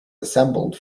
assembled